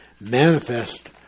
manifest